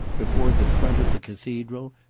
before the front of the cathedral,